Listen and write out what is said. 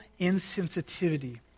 insensitivity